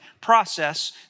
process